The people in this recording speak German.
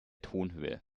tonhöhe